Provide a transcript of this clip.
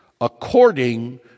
according